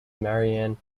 marianne